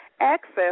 access